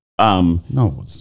No